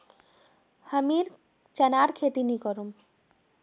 हमीं चनार खेती नी करुम